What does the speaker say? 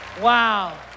Wow